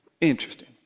Interesting